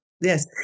yes